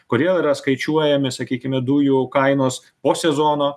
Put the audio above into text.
kodėl yra skaičiuojami sakykime dujų kainos po sezono